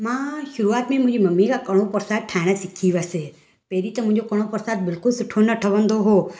मां शुरूआत में मुंहिंजी मम्मी खां कड़ों प्रसाद ठाहिण सिखी हुयसि पहिरीं त मुंहिंजो कड़ों प्रसाद बिल्कुलु सुठो न ठहंदो हो